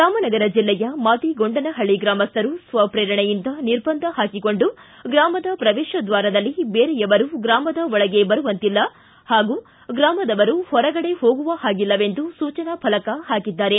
ರಾಮನಗರ ಜಿಲ್ಲೆಯ ಮಾದಿಗೊಂಡನಹಳ್ಳಿ ಗ್ರಾಮಸ್ಥರು ಸ್ವಪ್ರೇರಣೆಯಿಂದ ನಿರ್ಬಂಧ ಪಾಕಿಕೊಂಡು ಗ್ರಾಮದ ಪ್ರವೇಶದ್ದಾರದಲ್ಲಿ ಬೇರೆಯವರು ಗ್ರಾಮದ ಒಳಗೆ ಬರುವಂತಿಲ್ಲ ಹಾಗೂ ಗ್ರಾಮದವರು ಹೊರಗಡೆ ಹೋಗುವ ಹಾಗಿಲ್ಲವೆಂದು ಸೂಚನಾ ಫಲಕ ಹಾಕಿದ್ದಾರೆ